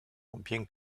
bien